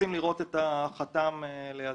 רוצים לראות את החתם לידם.